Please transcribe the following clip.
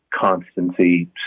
constancy